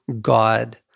God